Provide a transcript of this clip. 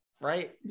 Right